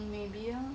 maybe lor